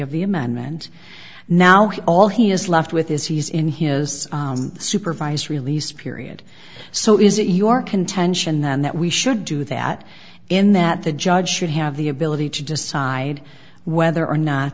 of the amendment now all he is left with is he's in his supervised release period so is it your contention then that we should do that in that the judge should have the ability to decide whether or not